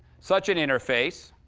such an interface.